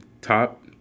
top